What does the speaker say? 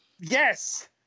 Yes